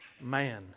man